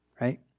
right